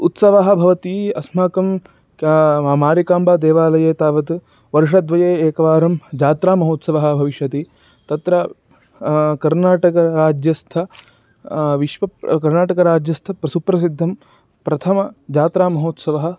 उत्सवः भवति अस्माकं क मारिकाम्बादेवालये तावत् वर्षद्वये एकवारं जात्रामहोत्सवः भविष्यति तत्र कर्नाटकराज्यस्थ विश्वः कर्नाटकराज्यस्थसुप्रसिद्धं प्रथमजात्रामहोत्सवः